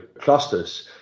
clusters